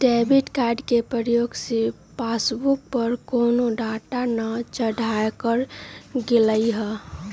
debit card के प्रयोग से पासबुक पर कोनो डाटा न चढ़ाएकर गेलइ ह